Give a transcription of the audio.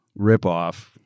ripoff